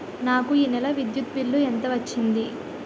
నాకు ఈ నెల విద్యుత్ బిల్లు ఎంత వచ్చింది?